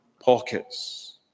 pockets